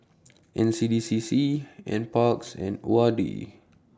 N C D C C N Parks and O R D